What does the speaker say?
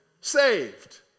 saved